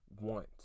want